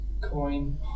coin